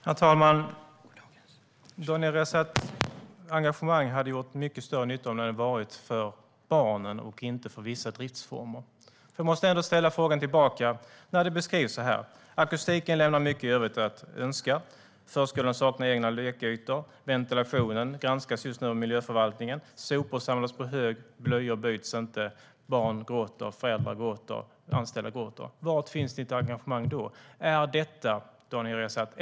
Herr talman! Daniel Riazats engagemang hade gjort mycket större nytta om det hade gällt barnen och inte vissa driftsformer. Jag måste ställa en fråga till honom när det gäller följande beskrivning: Akustiken lämnar mycket i övrigt att önska. Förskolan saknar egna lekytor. Ventilationen granskas just nu av miljöförvaltningen. Sopor samlas på hög, blöjor byts inte, barn gråter, föräldrar gråter och anställda gråter. Var finns ditt engagemang då, Daniel Riazat?